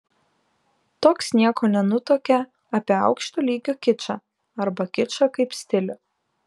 toks nieko nenutuokia apie aukšto lygio kičą arba kičą kaip stilių